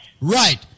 Right